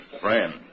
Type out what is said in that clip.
friend